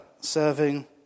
serving